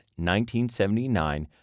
1979